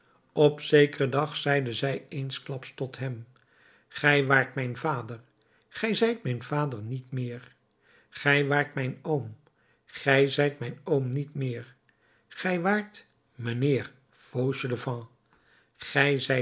op zekeren dag zeide zij eensklaps tot hem gij waart mijn vader gij zijt mijn vader niet meer gij waart mijn oom gij zijt mijn oom niet meer gij waart mijnheer fauchelevent gij zijt